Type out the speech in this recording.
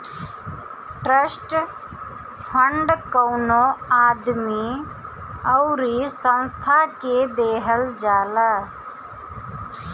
trust fund कवनो आदमी अउरी संस्था के देहल जाला